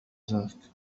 ذاك